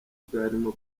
bwarimo